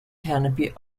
canopy